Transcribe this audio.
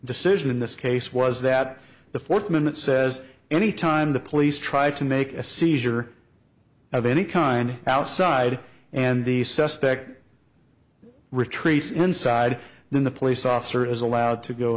decision in this case was that the fourth amendment says any time the police try to make a seizure of any kind outside and the suspect retreats inside then the police officer is allowed to go